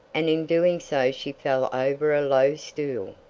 and in doing so she fell over a low stool.